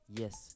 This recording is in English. yes